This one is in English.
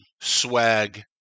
swag